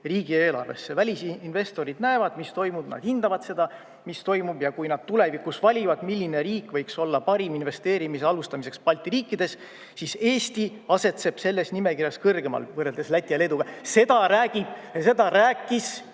riigieelarvesse. Välisinvestorid näevad, mis toimub, nad hindavad seda, mis toimub, ja kui nad tulevikus valivad, milline riik võiks olla parim investeerimise alustamiseks Balti riikides, siis Eesti asetseb selles nimekirjas kõrgemal, võrreldes Läti ja Leeduga. Seda rääkis